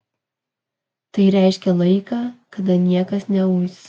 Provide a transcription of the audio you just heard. tai reiškė laiką kada niekas neuis